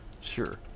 Sure